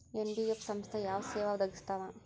NBF ಸಂಸ್ಥಾ ಯಾವ ಸೇವಾ ಒದಗಿಸ್ತಾವ?